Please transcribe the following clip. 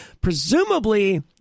Presumably